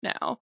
now